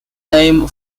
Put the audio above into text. name